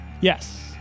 Yes